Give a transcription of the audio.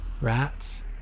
Rats